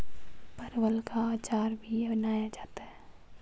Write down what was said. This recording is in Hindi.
परवल का अचार भी बनाया जाता है